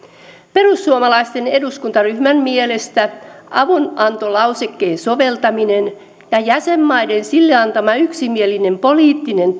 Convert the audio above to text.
perussuomalaisten eduskuntaryhmän mielestä avunantolausekkeen soveltaminen ja jäsenmaiden sille antama yksimielinen poliittinen